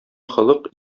холык